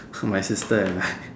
for my sister and I